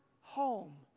home